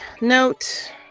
note